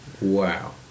Wow